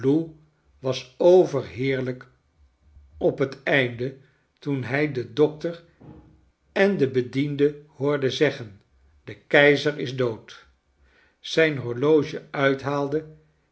was overheerlik op het einde toen hij den dokter en den bediende hoorende zeggen de keizer is dood zijn horloge uithaalde